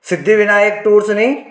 सिध्दी Vinayak tours न्ही